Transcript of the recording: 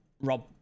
Rob